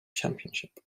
championship